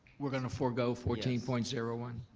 we're gonna forego fourteen point zero one.